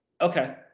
Okay